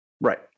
Right